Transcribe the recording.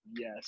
yes